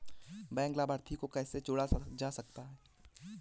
Bank लाभार्थी को कैसे जोड़ा जा सकता है?